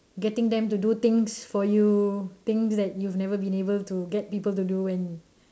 getting them to do things for you things that you've never been able to get people to do and